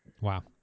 wow